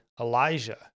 Elijah